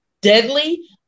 deadly